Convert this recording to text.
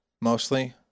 mostly